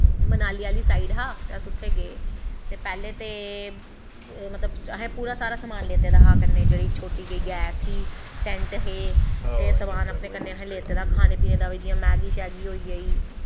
मनाली आह्ली साइड़ हा ते अस उत्थै गे ते पैह्लें ते मतलब असें पूरा सारा समान लेते दा हे छोटी जेही गैस ही टैंट हे ते समान असैं कन्नै लेते दा हा जि'यां मैगी शैह्गी होई गेई